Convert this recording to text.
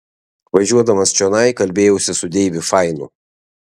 važiuodamas čionai kalbėjausi su deiviu fainu